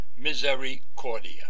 misericordia